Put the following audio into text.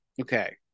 okay